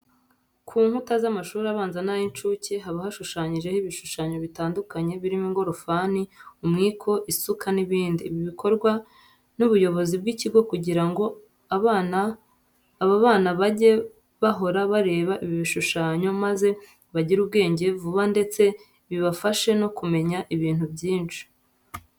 Ku nkuta z'amashuri abanza n'ay'incuke haba hashushanyijeho ibishushanyo bitandukanye birimo ingorofani, umwiko isuka n'ibindi. Ibi bikorwa n'ubuyobozi bw'ikigo kugira ngo aba bana bajye bahora bareba ibi bishushanyo maze bagire ubwenge vuba ndetse bibafashe no kumenya ibintu byinshi.